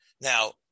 Now